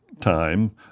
time